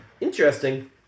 interesting